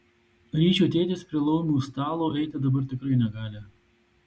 ryčio tėtis prie laumių stalo eiti dabar tikrai negali